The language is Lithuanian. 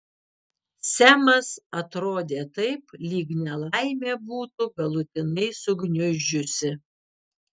semas atrodė taip lyg nelaimė būtų galutinai sugniuždžiusi